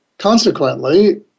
Consequently